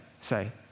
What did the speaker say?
say